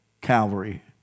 Calvary